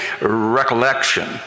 recollection